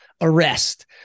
arrest